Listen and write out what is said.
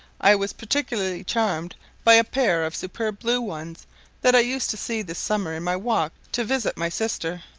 i was particularly charmed by a pair of superb blue ones that i used to see this summer in my walk to visit my sister.